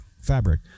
fabric